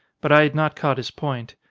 but i had not caught his point.